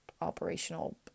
operational